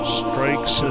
strikes